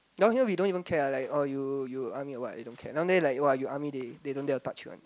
down here we don't even care like ah you you army or what we don't care down there like !wah! you army they they don't dare to touch you